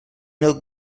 lloc